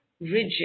rigid